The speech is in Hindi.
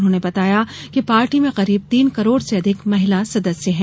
उन्होंने बताया कि पार्टी में करीब तीन करोड़ से अधिक महिला सदस्य हैं